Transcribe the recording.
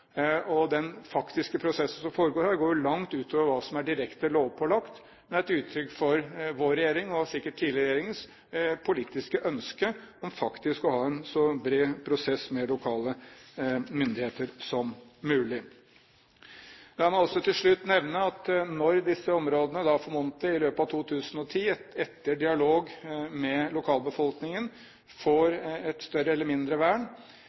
Den faktiske prosessen som foregår her, går langt utover hva som er direkte lovpålagt, men er et uttrykk for vår regjerings, og sikkert også tidligere regjeringers, politiske ønske om faktisk å ha en så bred prosess med lokale myndigheter som mulig. La meg også til slutt nevne at når disse områdene formodentlig i løpet av 2010, etter dialog med lokalbefolkningen, får et større eller mindre vern,